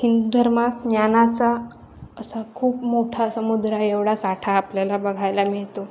हिंदू धर्मात ज्ञानाचा असा खूप मोठा समुद्राएवढा साठा आपल्याला बघायला मिळतो